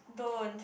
don't